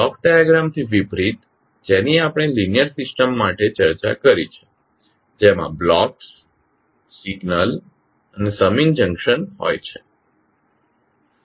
block ડાયાગ્રામથી વિપરીત જેની આપણે લીનીઅર સિસ્ટમ માટે ચર્ચા કરી છે જેમાં બ્લોક્સ સિગ્નલ અને સમિંગ જંકશન હોય છે